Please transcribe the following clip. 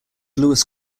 lewis